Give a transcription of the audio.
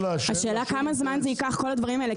השאלה כמה זמן ייקח לעשות את זה כי